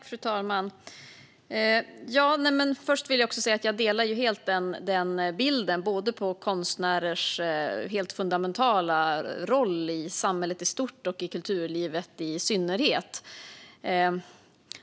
Fru talman! Jag delar helt denna bild på konstnärers helt fundamentala roll i samhället i stort och i kulturlivet i synnerhet.